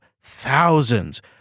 thousands